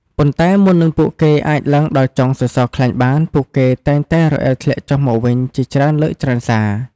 ប៉ុន្តែមុននឹងពួកគេអាចឡើងដល់ចុងសសរខ្លាញ់បាន ពួកគេតែងតែរអិលធ្លាក់ចុះមកវិញជាច្រើនលើកច្រើនសារ។